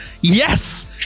yes